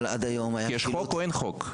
אבל עד היום היה --- כי יש חוק או אין חוק?